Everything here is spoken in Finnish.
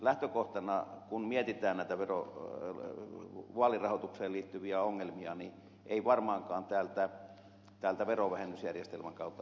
lähtökohtana kun mietitään näitä vaalirahoitukseen liittyviä ongelmia ei varmaankaan täältä verovähennysjärjestelmän kautta kannata lähteä